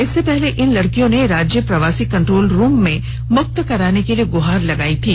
इससे पहले इन लडकियों ने राज्य प्रवासी कंटोल रूम में मुक्त कराने के लिए गुहार लगाई थी